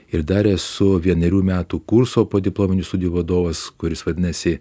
ir dar esu vienerių metų kurso podiplominių studijų vadovas kuris vadinasi